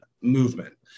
movement